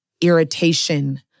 irritation